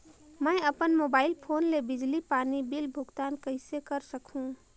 मैं अपन mobile phone ले बिजली पानी बिल भुगतान कइसे कर सकहुं?